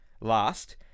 last